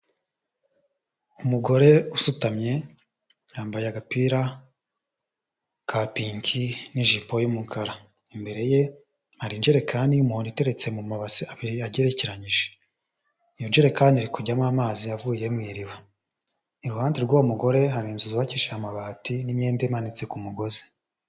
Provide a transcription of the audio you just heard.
Umugore usutamye yambaye agapira ka pink n'ijipo y'umukara, imbere ye hari injerekani y'umuhondo iteretse mu mabasi abiri agerekeranyije. Iyo njerekani iri kujyamo amazi avuye mu iriba, iruhande rw'uwo mugore hari inzu zubakishije amabati n'imyenda imanitse ku mugozi.